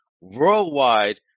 worldwide